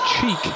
Cheek